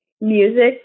music